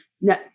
No